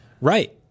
Right